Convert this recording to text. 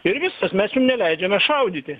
ir viskas mes jum neleidžiame šaudyti